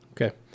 okay